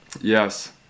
Yes